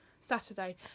Saturday